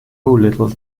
little